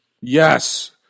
Yes